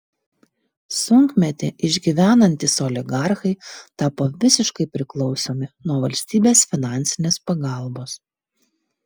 sunkmetį išgyvenantys oligarchai tapo visiškai priklausomi nuo valstybės finansinės pagalbos